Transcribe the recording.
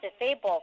disabled